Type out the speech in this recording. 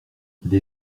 les